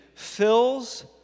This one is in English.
fills